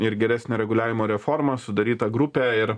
ir geresnio reguliavimo reforma sudaryta grupė ir